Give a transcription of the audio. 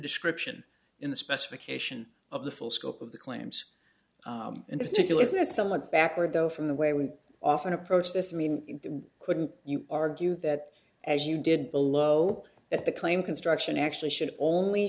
description in the specification of the full scope of the claims and if you as this somewhat backward though from the way we often approach this mean couldn't you argue that as you did below it the claim construction actually should only